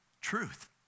truth